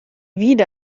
wieder